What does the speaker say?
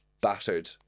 battered